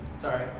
Sorry